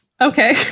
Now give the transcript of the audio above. Okay